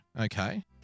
okay